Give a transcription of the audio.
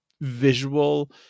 visual